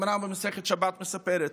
הגמרא במסכת שבת מספרת: